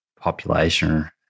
population